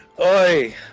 Oi